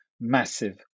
massive